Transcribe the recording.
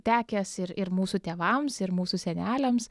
tekęs ir ir mūsų tėvams ir mūsų seneliams